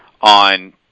on